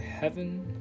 heaven